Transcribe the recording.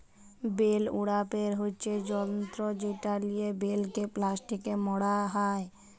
bell উড়াপের হচ্যে যন্ত্র যেটা লিয়ে বেলকে প্লাস্টিকে মড়া হ্যয়